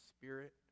spirit